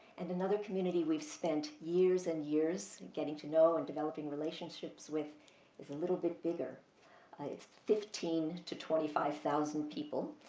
and another community we spent years and years getting to know and developing relationships with is a little bit bigger. it's fifteen thousand to twenty five thousand people,